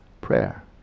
prayer